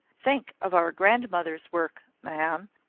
think of our grandmothers' work, ma'am,